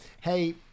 hey